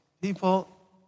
People